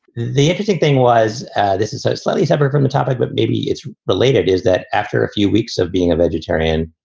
the interesting thing was this is a slightly separate from the topic, but maybe it's related is that after a few weeks of being a vegetarian,